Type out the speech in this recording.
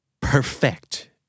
perfect